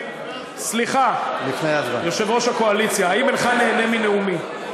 סליחה, יושב-ראש הקואליציה, האם אינך נהנה מנאומי?